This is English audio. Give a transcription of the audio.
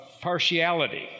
partiality